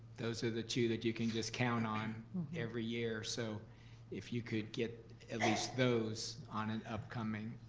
those are the two that you can just count on every year, so if you could get at least those on an upcoming